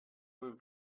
with